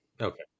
Okay